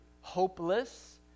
hopeless